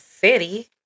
city